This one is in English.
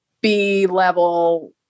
B-level